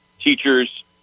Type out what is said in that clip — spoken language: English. teachers